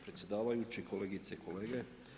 predsjedavajući, kolegice i kolege.